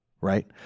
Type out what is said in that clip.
right